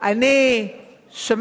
זה טיעון שצריך באמת להתייחס אליו ברצינות.